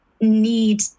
need